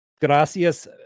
Gracias